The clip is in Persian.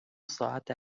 ساعت